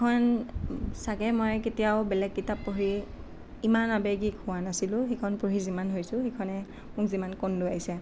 সেইখন চাগে মই কেতিয়াও বেলেগ কিতাপ পঢ়ি ইমান আৱেগিক হোৱা নাছিলোঁ সেইখন পঢ়ি যিমান হৈছোঁ সেইখনে মোক যিমান কন্ধোৱাইছে